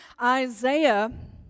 Isaiah